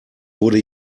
wurde